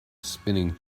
spinning